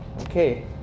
okay